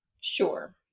Sure